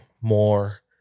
more